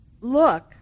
look